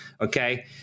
Okay